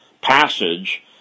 passage